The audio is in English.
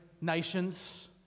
nations